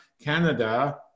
Canada